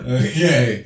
okay